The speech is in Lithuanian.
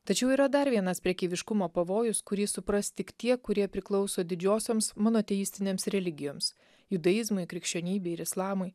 tačiau yra dar vienas prekeiviškumo pavojus kurį supras tik tie kurie priklauso didžiosioms monoteistinėms religijoms judaizmui krikščionybei ir islamui